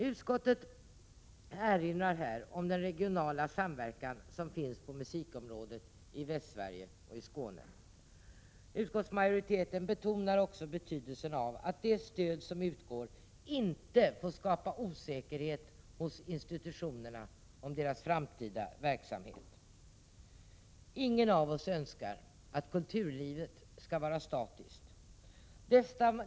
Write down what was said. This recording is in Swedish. Utskottet erinrar här om den regionala samverkan som finns på musikom rådet i Västsverige och Skåne. Utskottsmajoriteten betonar också betydelsen av att det stöd som utgår inte får skapa osäkerhet hos institutionerna om deras framtida verksamhet. Ingen av oss önskar att kulturlivet skall vara statiskt.